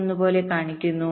1 പോലെ കാണിക്കുന്നു